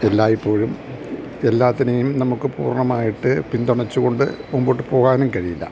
എല്ലായിപ്പോഴും എല്ലാത്തിനെയും നമുക്ക് പൂർണ്ണമായിട്ട് പിന്തുണച്ചുകൊണ്ട് മുന്നോട്ട് പോകാനും കഴിയില്ല